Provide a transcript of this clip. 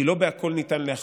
כי לא בכול ניתן להכריע,